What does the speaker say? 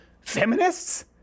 Feminists